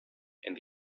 and